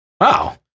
wow